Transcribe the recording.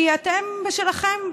כי אתם בשלכם,